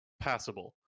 passable